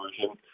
version